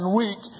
weak